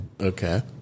Okay